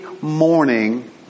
morning